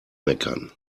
meckern